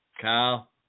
Kyle